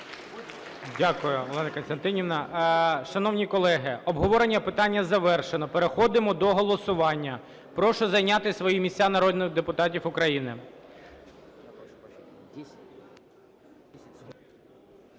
Дякую, Олена Костянтинівна. Шановні колеги, обговорення питання завершено. Переходимо до голосування, прошу зайняти свої місця народних депутатів України.